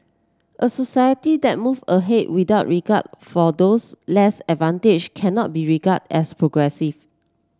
a society that move ahead without regard for those less advantaged cannot be regarded as progressive